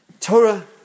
Torah